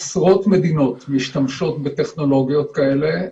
עשרות מדינות משתמשות בטכנולוגיות כאלה,